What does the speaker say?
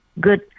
good